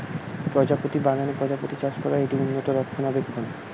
প্রজাপতি বাগানে প্রজাপতি চাষ করা হয়, এটি উন্নত রক্ষণাবেক্ষণ